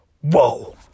Whoa